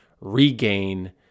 regain